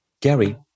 Gary